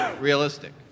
realistic